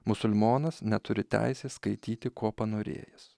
musulmonas neturi teisės skaityti ko panorėjęs